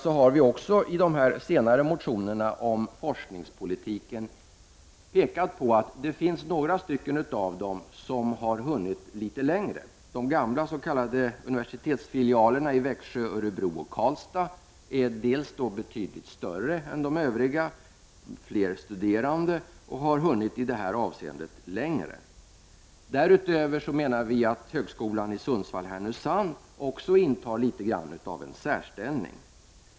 I våra senare avgivna motioner om forskningspolitiken har vi i centern framhållit att det finns några av dem som har hunnit litet längre, som man säger; jag syftar då på de gamla s.k. universitetsfilialerna i Växjö, Örebro och Karlstad. De är betydligt större än de övriga, där finns fler studerande och de har i det här avseendet hunnit längre i utvecklingen. Därutöver menar vi att högskolan i Sundsvall — Härnösand också intar något av en särställning.